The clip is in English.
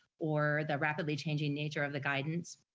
or the rapidly changing nature of the guidance,